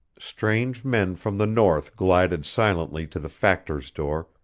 strange men from the north glided silently to the factor's door,